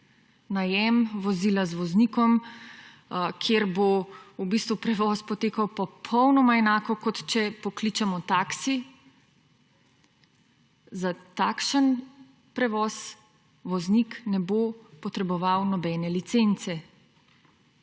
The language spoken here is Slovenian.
Najem vozila z voznikom, kjer bo v bistvu prevoz potekal popolnoma enako kot če pokličemo taksi, za takšen prevoz voznik ne bo potreboval nobene licence.